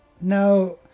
Now